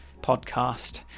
podcast